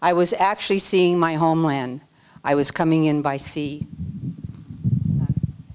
i was actually seeing my homeland i was coming in by se